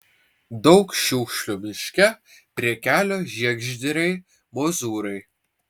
daug šiukšlių miške prie kelio žiegždriai mozūrai